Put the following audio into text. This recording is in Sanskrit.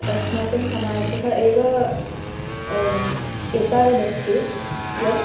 अस्माकं समाजः एव एतावदस्ति यत्